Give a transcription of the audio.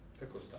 pickled